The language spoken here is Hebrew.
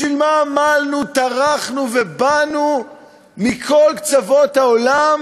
בשביל מה עמלנו, טרחנו ובאנו מכל קצוות העולם